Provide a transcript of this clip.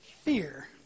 fear